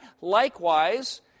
Likewise